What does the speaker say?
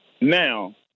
now